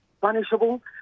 punishable